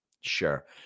Sure